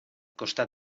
costat